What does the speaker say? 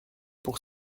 pour